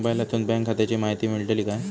मोबाईलातसून बँक खात्याची माहिती मेळतली काय?